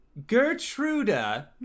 Gertruda